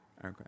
okay